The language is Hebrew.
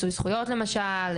מיצוי זכויות למשל ,